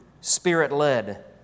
spirit-led